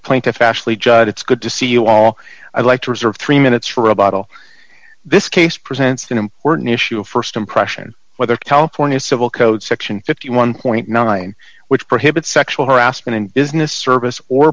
plaintiff ashley judd it's good to see you all i'd like to reserve three minutes for a bottle this case presents an important issue of st impression whether california civil code section fifty one nine which prohibits sexual harassment in business service or